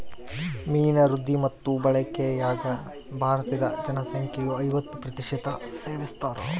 ಮೀನಿನ ವೃದ್ಧಿ ಮತ್ತು ಬಳಕೆಯಾಗ ಭಾರತೀದ ಜನಸಂಖ್ಯೆಯು ಐವತ್ತು ಪ್ರತಿಶತ ಸೇವಿಸ್ತಾರ